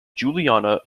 juliana